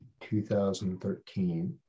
2013